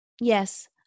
Yes